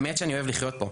באמת שאני אוהב לחיות פה,